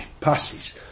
Passes